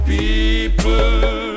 people